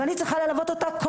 ואני צריכה ללוות אותה,